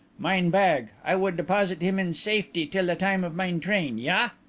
mine bag i would deposit him in safety till the time of mine train. ja?